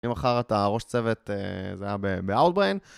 למחרת הראש צוות זה היה באוולבריין